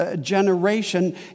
generation